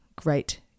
great